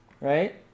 right